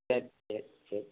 சரி சரி சரி